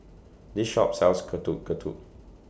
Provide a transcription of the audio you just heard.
This Shop sells Getuk Getuk